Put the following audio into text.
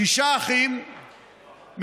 שישה אחים מחבלים,